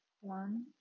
one